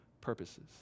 purposes